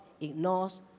ignores